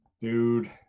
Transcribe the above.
Dude